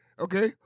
Okay